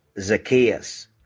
Zacchaeus